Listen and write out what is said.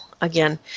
again